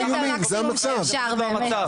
אלה לא איומים, זה פשוט המצב.